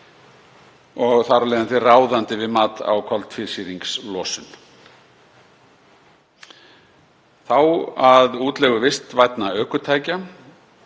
og talin ráðandi við mat á koltvísýringslosun. Þá að útleigu vistvænna ökutækja.